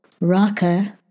raka